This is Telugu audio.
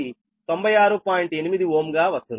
8Ω గా వస్తుంది